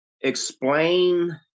Explain